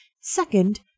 Second